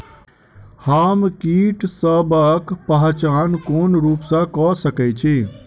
हम कीटसबक पहचान कोन रूप सँ क सके छी?